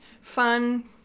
fun